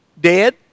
dead